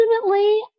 Ultimately